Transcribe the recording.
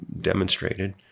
demonstrated